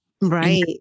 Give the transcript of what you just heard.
Right